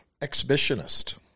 exhibitionist